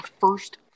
first